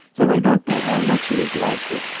though i don't know how much he has liked it.